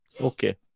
Okay